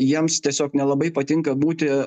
jiems tiesiog nelabai patinka būti